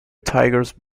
tigers